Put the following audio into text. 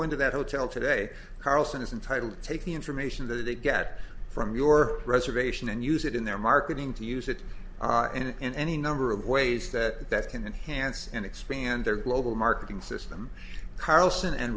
into that hotel today carlson is entitled to take the information that they get from your reservation and use it in their marketing to use it and in any number of ways that that can enhance and expand their global marketing system carlson and